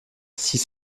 six